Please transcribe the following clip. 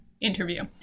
interview